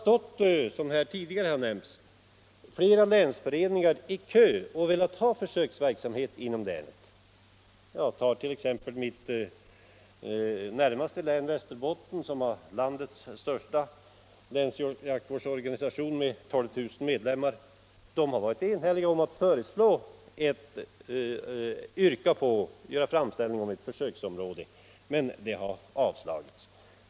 Som här tidigare nämnts har flera länsföreningar stått i kö och velat ha försöksverksamhet inom länet. I Västerbottens län, som ligger närmast mitt eget län, har man landets största länsjaktvårdsorganisation med 12 000 medlemmar, och där har man enhälligt gjort framställningar om ett försöksområde, men denna framställning har avslagits.